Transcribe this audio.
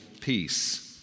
peace